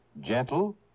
gentle